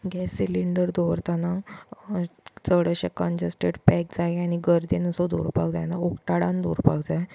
gas cylinder दवरतना चड अशें कन्जेस्टेड पॅक जाग्यांनी गर्देन असो दवरपाक जायना ऑपन उक्ताडान दवरपाक जाय